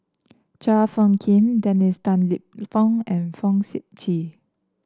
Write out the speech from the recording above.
Chua Phung Kim Dennis Tan Lip Fong and Fong Sip Chee